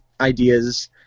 ideas